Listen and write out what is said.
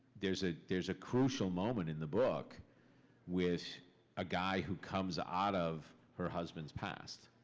there's ah there's a crucial moment in the book with a guy who comes out of her husband's past.